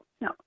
no